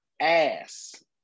Ass